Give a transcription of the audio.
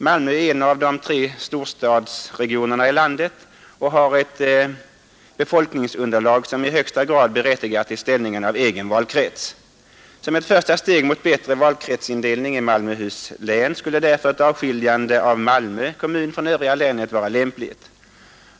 Malmö är en av de tre storstadsregionerna i landet och har ett befolkningsunderlag som i högsta grad berättigar till ställningen av egen valkrets. Som ett första steg mot bättre valkretsindelning i Malmöhus län skulle därför ett avskiljande av Malmö kommun från övriga länet vara lämpligt.